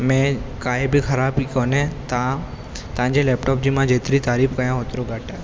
में काई बि ख़राबी कोन्हे तव्हां तव्हांजे लैपटॉप जी मां जेतिरी बि तारीफ़ कयां ओतिरो घटि आहे